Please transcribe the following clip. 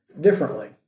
differently